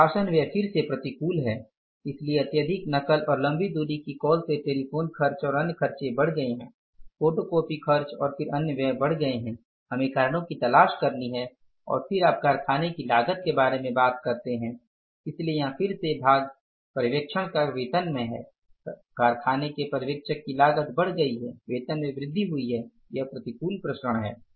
प्रशासन व्यय फिर से प्रतिकूल है इसलिए अत्यधिक नकल और लंबी दूरी की कॉल से टेलीफोन खर्च और अन्य खर्चे बढ़ गई हैं फोटोकॉपी खर्च और फिर अन्य व्यय बढ़ गई हैं हमें कारणों की तलाश करनी है और फिर आप कारखाने की लागत के बारे में बात करते हैं इसलिए यहां फिर से भाग पर्यवेक्षण का वेतन में है कारखाने के पर्यवेक्षक की लागत बढ़ गई है वेतन में वृद्धि हुई है यह प्रतिकूल विचरण है